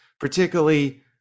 particularly